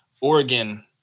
Oregon